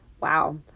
wow